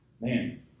man